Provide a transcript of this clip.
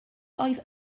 oedd